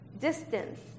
distance